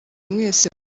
mwese